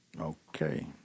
Okay